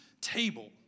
table